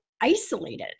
isolated